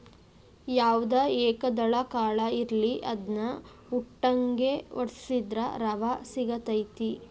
ಯಾವ್ದ ಏಕದಳ ಕಾಳ ಇರ್ಲಿ ಅದ್ನಾ ಉಟ್ಟಂಗೆ ವಡ್ಸಿದ್ರ ರವಾ ಸಿಗತೈತಿ